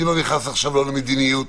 אני לא נכנס עכשיו לא למדיניות